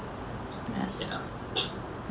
ya